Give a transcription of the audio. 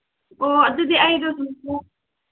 ꯑꯣ ꯑꯗꯨꯗꯤ ꯑꯩꯗꯣ ꯁꯨꯝ